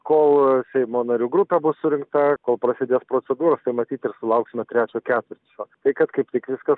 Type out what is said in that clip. kol seimo narių grupė bus surinkta kol prasidės procedūros tai matyt ir sulauksime trečio ketvirčio tai kad kaip tik viskas